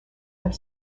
have